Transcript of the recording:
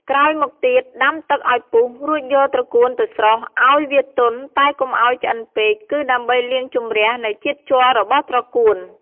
ក្រោយមកទៀតដាំទឹកឱ្យពុះរួចយកត្រកួនទៅស្រុះឱ្យវាទន់តែកុំឱ្យឆ្អិនពេកគឺដើម្បីលាងជម្រះនៅជាតិជ័ររបស់ត្រកួន។